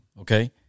okay